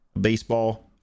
baseball